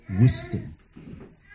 wisdom